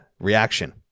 reaction